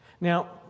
Now